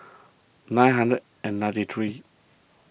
nine hundred and ninety three